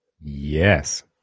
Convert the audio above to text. Yes